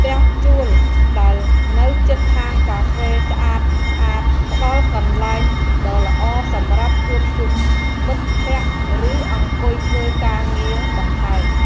ផ្ទះជួលដែលនៅជិតហាងកាហ្វេស្អាតៗផ្តល់កន្លែងដ៏ល្អសម្រាប់ជួបជុំមិត្តភក្តិឬអង្គុយធ្វើការងារបន្ថែម។